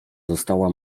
została